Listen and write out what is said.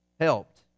helped